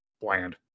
bland